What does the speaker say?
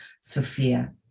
Sophia